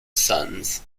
sons